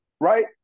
Right